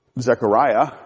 Zechariah